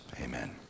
amen